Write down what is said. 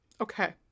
Okay